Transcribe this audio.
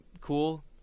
cool